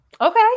okay